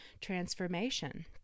transformation